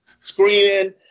screaming